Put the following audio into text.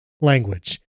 language